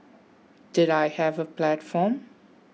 did I have a platform